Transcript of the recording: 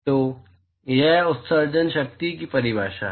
तो वह उत्सर्जन शक्ति की परिभाषा है